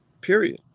Period